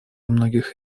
многих